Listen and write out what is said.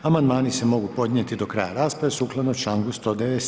Amandmani se mogu podnijeti do kraja rasprave sukladno čl. 197.